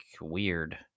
weird